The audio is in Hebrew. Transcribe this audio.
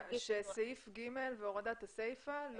סעיף (ג) והורדת הסיפה,